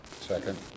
Second